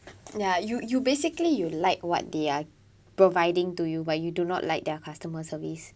ya you you basically you like what they are providing to you but you do not like their customer service